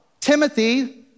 Timothy